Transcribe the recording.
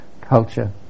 culture